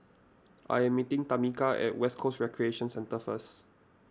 I am meeting Tamika at West Coast Recreation Centre first